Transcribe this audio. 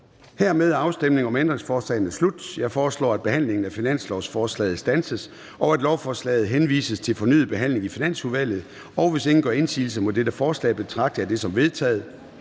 Hermed er afstemningerne om ændringsforslagene slut. Jeg foreslår, at behandlingen af finanslovsforslaget standses, og at lovforslaget henvises til fornyet behandling i Finansudvalget. Hvis ingen gør indsigelse mod dette forslag, betragter jeg det som vedtaget.